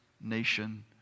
nation